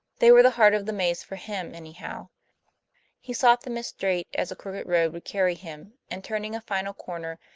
they were the heart of the maze for him, anyhow he sought them as straight as a crooked road would carry him and, turning a final corner,